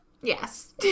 Yes